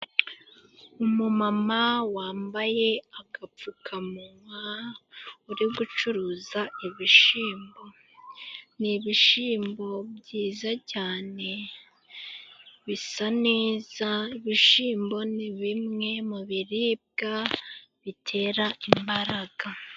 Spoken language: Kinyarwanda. Umumama wambaye agapfukamunwa, uri gucuruza ibishimbo. Ni ibishimbo byiza cyane bisa neza. Ibishimbo ni bimwe mu biribwa bitera imbaraga.